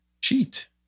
cheat